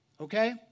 okay